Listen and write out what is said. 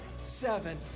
seven